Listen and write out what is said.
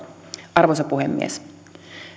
arvoisa puhemies